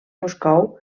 moscou